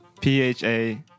P-H-A